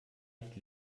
nicht